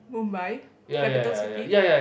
Mumbai capital city